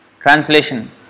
Translation